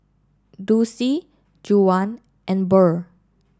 Dulcie Juwan and Burl